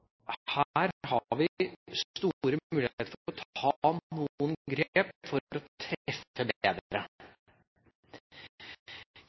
her har vi store muligheter for å ta noen grep for